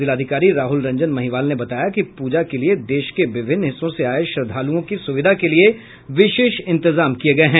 जिलाधिकारी राहुल रंजन महिवाल ने बताया कि पूजा को लिए देश के विभिन्न हिस्सों से आये श्रद्वालुयों की सुविधा के लिए विशेष इंतजाम किये गये हैं